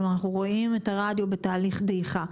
אנחנו רואים את הרדיו בתהליך דעיכה.